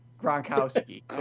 Gronkowski